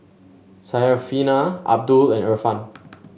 Syarafina Abdul and Irfan